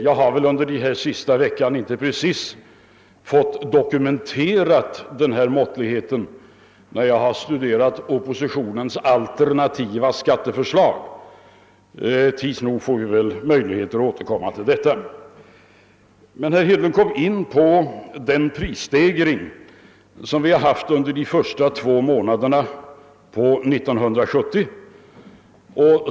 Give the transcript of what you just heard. Jag har väl under den senaste veckan inte precis fått denna måttlighet dokumenterad, när jag har studerat oppositionens alternativa skatteförslag. Tids nog får vi väl möjligheter att återkomma till detta. Herr Hedlund kom in på den prisstegring som vi har haft under de första två månaderna av 1970.